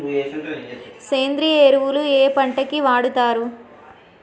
సేంద్రీయ ఎరువులు ఏ పంట కి వాడుతరు?